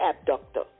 abductor